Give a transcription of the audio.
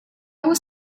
was